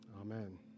Amen